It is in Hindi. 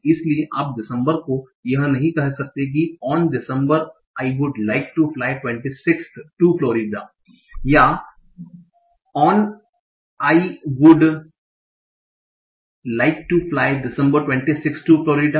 इसलिए आप दिसंबर को यह नहीं कह सकते कि on December I would like to fly 26थ टु फ़्लोरिडा या on I would like to fly December 26th to Florida